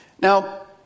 Now